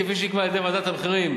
כפי שנקבע על-ידי ועדת המחירים,